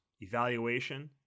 evaluation